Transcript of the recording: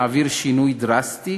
להעביר שינוי דרסטי